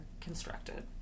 constructed